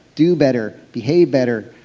do better, behave better,